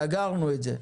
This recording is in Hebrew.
סגרנו את זה.